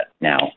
now